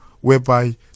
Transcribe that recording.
whereby